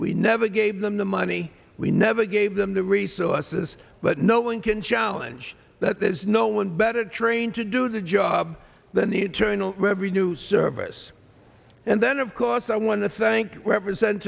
we never gave them the money we never gave them the resources but no one can challenge that there's no one better trained to do the job than the internal revenue service and then of course i want to thank represent